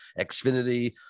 Xfinity